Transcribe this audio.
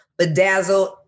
bedazzle